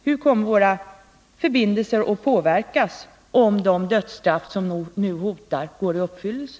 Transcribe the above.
Hur kommer våra förbindelser att påverkas om de dödsstraff som nu hotar går i uppfyllelse?